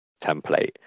template